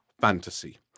fantasy